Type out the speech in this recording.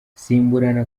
isimburana